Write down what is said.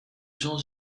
jean